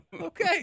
Okay